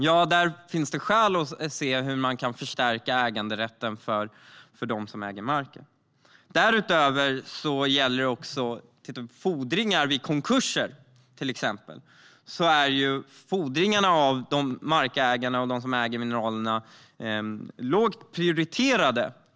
Där finns det skäl att se hur man kan förstärka äganderätten för dem som äger marken. Det gäller också fordringar vid konkurser, till exempel. Vid en konkurs är fordringarna från markägarna och de som äger mineralerna lågt prioriterade.